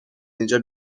اینجا